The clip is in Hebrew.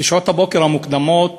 בשעות הבוקר המוקדמות